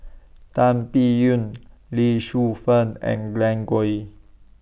Tan Biyun Lee Shu Fen and Glen Goei